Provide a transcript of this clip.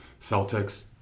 Celtics